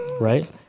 right